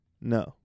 No